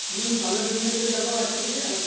ହୁଁ ଭଲ ଜିନିଷ ଟିକେ ଦେବ ବାଛିକରି ଆଉ